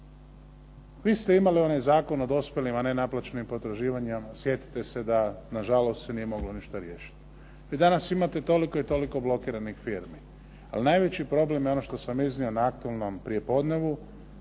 Vi ste imali onaj zakon o dospjelim a nenaplaćenim potraživanja. Sjetite se da nažalost se nije moglo ništa riješiti. Vi danas imate toliko i toliko blokiranih firmi, ali najveći problem je ono što sam iznio na aktualnom prijepodnevu